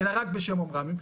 אלא רק בשם אומרם,